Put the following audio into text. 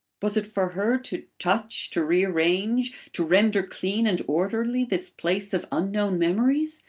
was it for her to touch, to rearrange, to render clean and orderly this place of unknown memories?